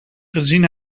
gezien